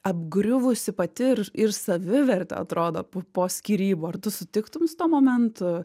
apgriuvusi pati ir ir savivertė atrodo po skyrybų ar tu sutiktum su tuo momentu